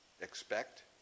expect